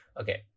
Okay